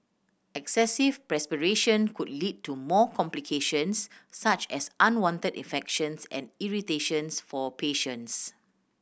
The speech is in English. excessive perspiration could lead to more complications such as unwanted infections and irritations for patients